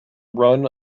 run